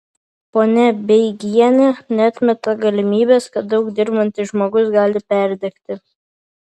ponia beigienė neatmeta galimybės kad daug dirbantis žmogus gali perdegti